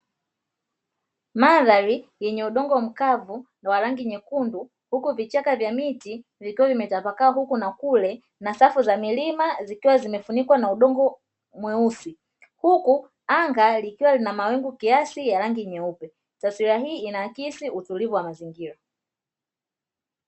Mandhari yenye udongo mkavu wa rangi nyekundu huku vichaka vya miti vikiwa vimetapakaa huku na kule na safu za milima zikiwa zimefunikwa na udongo mweusi. Huku anga likiwa lina mawingu kiasi ya rangi nyeupe. Taswira hii inaakisi utulivu wa mazingira.